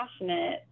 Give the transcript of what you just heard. passionate